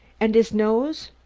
and his nose?